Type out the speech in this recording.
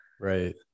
Right